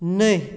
नहि